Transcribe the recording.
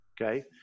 okay